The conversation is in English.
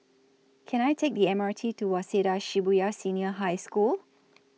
Can I Take The M R T to Waseda Shibuya Senior High School